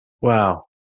wow